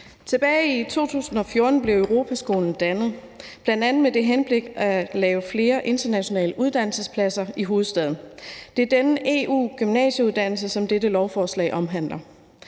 Tilbage i 2014 blev Europaskolen dannet, bl.a. med henblik på at lave flere internationale uddannelsespladser i hovedstaden. Det er denne EU-gymnasieuddannelse, som dette lovforslag omhandler.